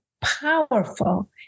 powerful